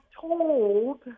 told